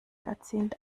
erzielt